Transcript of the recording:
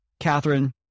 Catherine